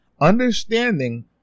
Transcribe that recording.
understanding